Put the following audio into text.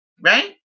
right